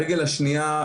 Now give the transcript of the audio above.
הרגל השנייה,